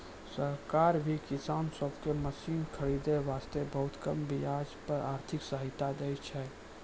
सरकार भी किसान सब कॅ मशीन खरीदै वास्तॅ बहुत कम ब्याज पर आर्थिक सहायता दै छै